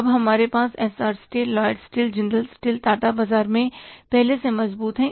अब हमारे पास Essar steel Lloyd steel Jindal steel है टाटा बाजार में पहले से ही मौजूद हैं